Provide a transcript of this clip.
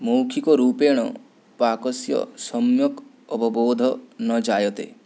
मौखिकरूपेण पाकस्य सम्यक् अवबोधः न जायते